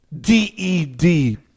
D-E-D